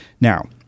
Now